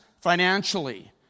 financially